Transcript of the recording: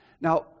Now